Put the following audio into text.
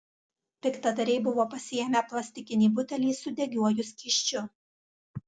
piktadariai buvo pasiėmę plastikinį butelį su degiuoju skysčiu